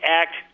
act